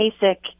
basic